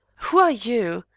who are you?